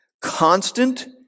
constant